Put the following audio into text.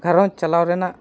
ᱜᱷᱟᱨᱚᱸᱡᱽ ᱪᱟᱞᱟᱣ ᱨᱮᱱᱟᱜ